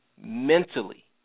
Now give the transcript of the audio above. mentally